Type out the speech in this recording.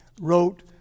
wrote